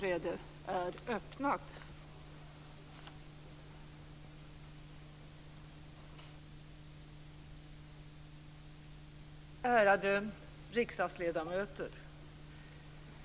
Ärade riksdagsledamöter!